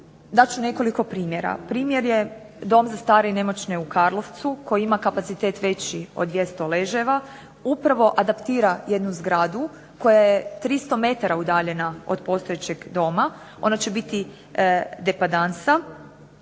Dat ću nekoliko primjera. Primjer je Dom za stare i nemoćne u Karlovcu koji ima kapacitet veći od 200 ležajeva, upravo adaptira jednu zgradu koja je 300 metara udaljena od postojećeg doma, ona će biti depandansa